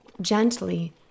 Gently